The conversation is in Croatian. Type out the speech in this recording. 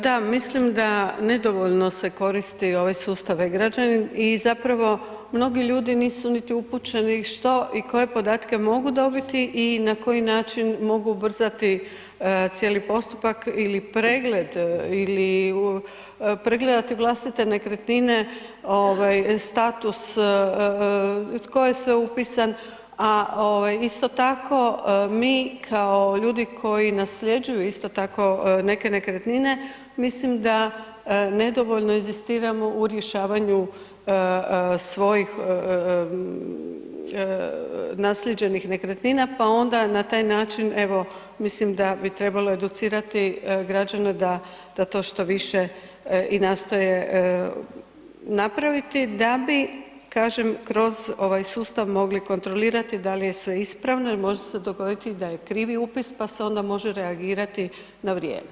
Da, mislim da nedovoljno se koristi ovaj sustav e-građani i zapravo mnogi ljudi nisu niti upućeni što i koje podatke mogu dobiti i na koji način mogu ubrzati cijeli postupak ili pregled ili pregledati vlastite nekretnine, status tko je sve upisan a isto tako mi kao ljudi koji nasljeđuju isto tako neke nekretnine mislim da nedovoljno inzistiramo u rješavanju svojih naslijeđenih nekretnina pa onda na taj način evo mislim da bi trebalo educirati građane da to što više i nastoje napraviti da bi kažem kroz ovaj sustav mogli kontrolirati da li je sve ispravno jer može se dogoditi da je krivi upis pa se onda može reagirati na vrijeme.